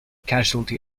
casualty